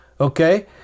okay